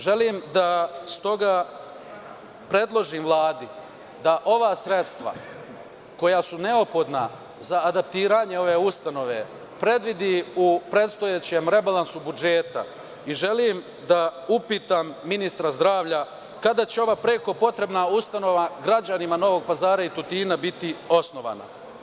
Želim da, s toga predložim Vladi da ova sredstva koja su neophodna za adaptiranje ove ustanove predvidi u predstojećem rebalansu budžeta i želim da upitam ministra zdravlja, kada će ova preko potrebna ustanova građanima Novog Pazara i Tutina biti osnovana?